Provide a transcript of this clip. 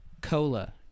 Cola